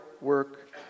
work